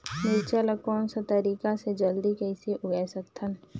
मिरचा ला कोन सा तरीका ले जल्दी कइसे उगाय सकथन?